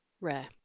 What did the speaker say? rare